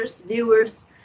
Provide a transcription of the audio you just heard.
viewers